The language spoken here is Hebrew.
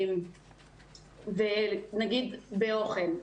נגיד באוכל.